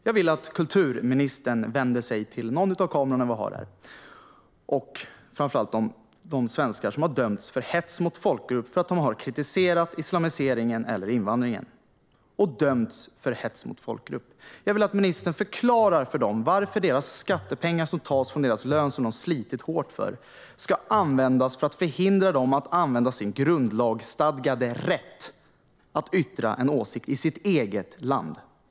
Jag vill att kulturministern vänder sig till någon av de kameror vi har här och framför allt till de svenskar som har dömts för hets mot folkgrupp för att de har kritiserat islamiseringen eller invandringen. Jag vill att ministern förklarar för dem varför deras skattepengar som tas från deras lön som de har slitit hårt för ska användas för att förhindra dem att använda sin grundlagsstadgade rätt att yttra en åsikt i sitt eget land.